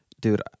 dude